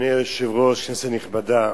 אדוני היושב-ראש, כנסת נכבדה,